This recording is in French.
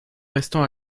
restant